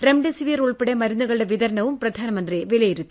remdesivir ഉൾപ്പെടെ മരുന്നുകളുടെ വിതരണവും പ്രധാനമന്ത്രി വിലയിരുത്തി